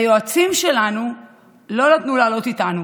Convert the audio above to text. ליועצים שלנו לא נתנו לעלות איתנו,